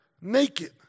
naked